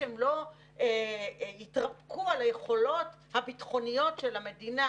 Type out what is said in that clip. כשהם לא יתרפקו על היכולות הביטחוניות של המדינה,